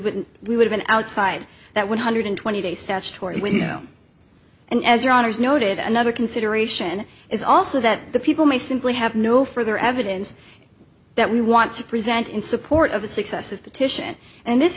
wouldn't we would have an outside that one hundred twenty days statutory window and as your honour's noted another consideration is also that the people may simply have no further evidence that we want to present in support of the successive petition and in this